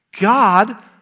God